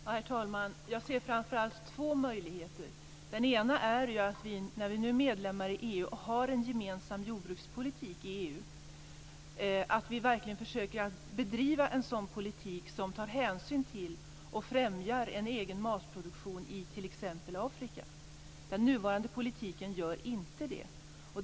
Herr talman! Jag ser framför allt två möjligheter. Den ena är att vi när vi nu är medlemmar i EU har en gemensam jordbrukspolitik i EU och verkligen ska försöka driva en sådan politik som tar hänsyn till och främjar en egen matproduktion i t.ex. Afrika. Den nuvarande politiken gör inte det.